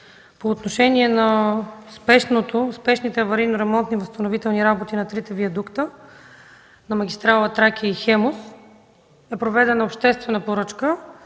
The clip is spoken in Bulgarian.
По отношение на спешните аварийно-ремонтни и възстановителни работи на трите виадукта на магистрала „Тракия” и „Хемус” е проведена обществена поръчка